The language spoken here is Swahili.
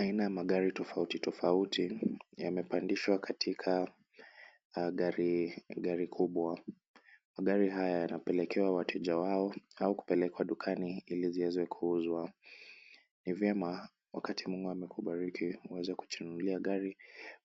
Aina ya magari tofauti tofauti yamepandishwa katika gari kubwa. Magari haya yanapelekewa wateja wao au kupelekwa dukani ili ziweze kuuzwa. Ni vyema wakati mungu amekubariki uweze kujinunulia gari